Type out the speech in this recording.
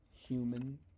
human